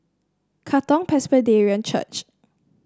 Katong Presbyterian Church